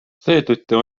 seetõttu